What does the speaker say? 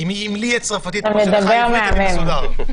אם לי תהיה צרפתית כמו שלך עברית, אני מסודר.